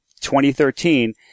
2013